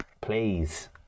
Please